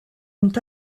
ont